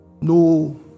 no